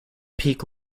peak